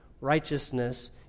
righteousness